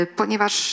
ponieważ